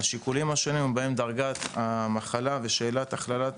השיקולים השונים בהם דרגת המחלה ושאלת הכללת